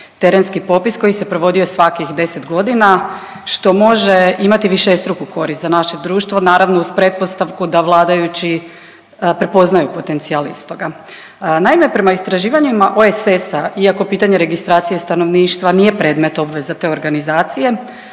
terenski popis koji se provodio svakih 10 godina, što može imati višestruku korist za naše društvo, naravno uz pretpostavku da vladajući prepoznaju potencijal istoga. Naime, prema istraživanjima OESS-a iako pitanje registracije stanovništva nije predmet obveza te organizacije,